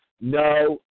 no